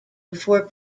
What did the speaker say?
before